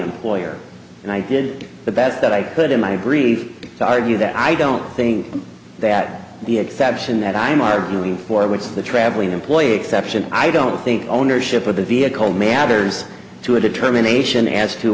employer and i did the best that i could in my brief to argue that i don't think that the exception that i'm arguing for which of the traveling employee exception i don't think ownership of the vehicle matters to a determination as to